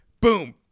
boom